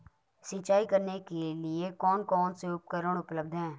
सिंचाई करने के लिए कौन कौन से उपकरण उपलब्ध हैं?